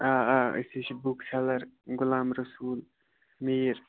آ آ أسۍ حظ چھِ بُک سیٚلَر غُلام رسوٗل میٖر